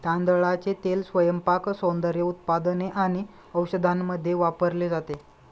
तांदळाचे तेल स्वयंपाक, सौंदर्य उत्पादने आणि औषधांमध्ये वापरले जाते